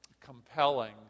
compelling